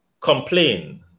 complain